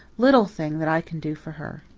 little thing that i can do for her.